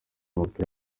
umupira